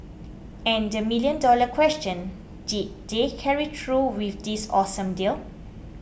and the million dollar question did they carry through with this awesome deal